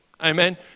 Amen